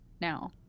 now